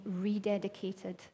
rededicated